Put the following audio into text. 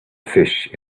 fish